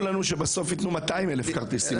אמרו שבסוף ייתנו כ-200,000 כרטיסים.